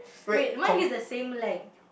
wait mine is the same length